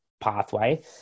pathway